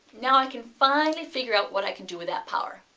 now, i can finally figure out what i can do with that power.